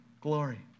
glory